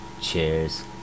Cheers